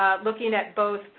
looking at both,